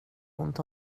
ont